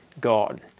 God